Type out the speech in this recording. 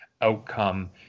outcome